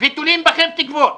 ותולים בכם תקוות